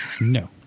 No